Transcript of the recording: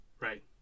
Right